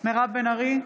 מירב בן ארי,